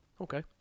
Okay